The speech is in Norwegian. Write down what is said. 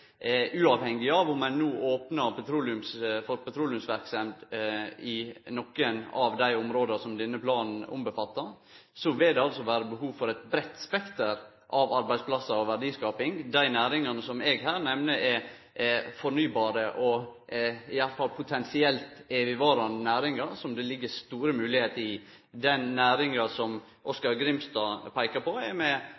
Uavhengig av om ein no opnar for petroleumsverksemd i nokre av dei områda som denne planen omfattar, vil det vere behov for eit breitt spekter av arbeidsplassar og verdiskaping. Dei næringane som eg her nemner, er fornybare og – i alle fall potensielt – evigvarande næringar, som det ligg store moglegheiter i. Den næringa som